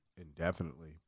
indefinitely